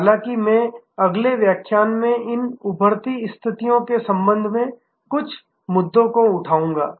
हालाँकि मैं अगले व्याख्यान में इन उभरती स्थितियों के कुछ प्रमुख मुद्दों को उठाऊंगा